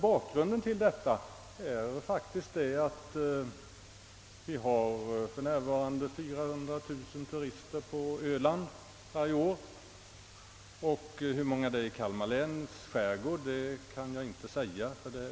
Båkgrunden till min här framställda fråga är att vi faktiskt för närvarande har 400 000 turister på Öland varje år, och hur många det är i Kalmar läns skärgård kan jag inte säga.